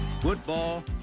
football